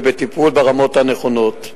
ובטיפול ברמות הנכונות.